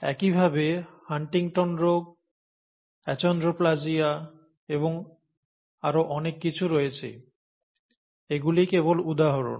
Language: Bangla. একইভাবে হান্টিংটন রোগ Huntington's disease অ্যাচন্ড্রোপ্লাজিয়া এবং আরও অনেক কিছু রয়েছে এগুলি কেবল উদাহরণ